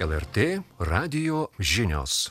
lrt radijo žinios